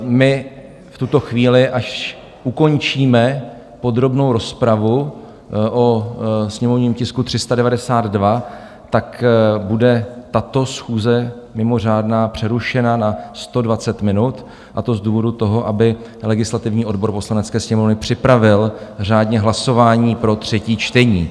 My v tuto chvíli, až ukončíme podrobnou rozpravu o sněmovním tisku 392, tak bude tato schůze, mimořádná, přerušena na 120 minut, a to z důvodu toho, aby legislativní odbor Poslanecké sněmovny připravil řádně hlasování pro třetí čtení.